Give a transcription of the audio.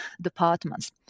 departments